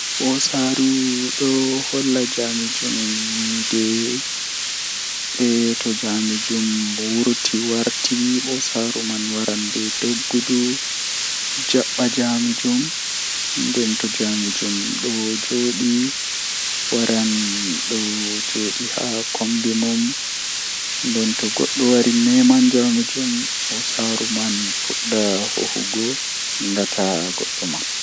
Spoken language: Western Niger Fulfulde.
Mi wiyan mo min on waine kaza mi nani kubaru dow o bangi nden mi wallimo seyo massin miɗon yelanamo khairuuji ɗuɗɗi